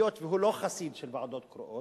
היות שהוא לא חסיד של ועדות קרואות,